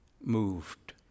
moved